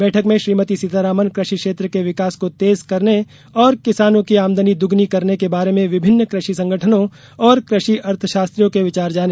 बैठक में श्रीमती सीतारमन कृषि क्षेत्र के विकास को तेज करने और किसानों की आमदनी दगुनी करने के बारे में विभिन्न कृषि संगठनों और कृषि अर्थशास्त्रियों के विचार जाने